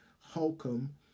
Holcomb